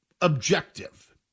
objective